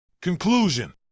Conclusion